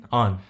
on